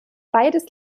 beides